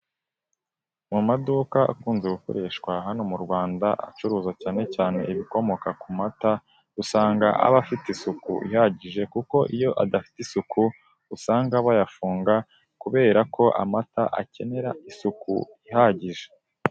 Mu maduka akunze gukoreshwa hano mu Rwanda acuruza cyane cyane ibikomoka ku mata, usanga aba afite isuku ihagije kuko iyo adafite isuku, usanga bayafunga kubera ko amata akenera isuku ihagije.